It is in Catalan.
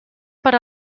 per